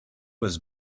was